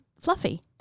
fluffy